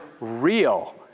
real